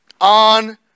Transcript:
on